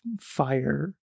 fire